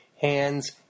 Hands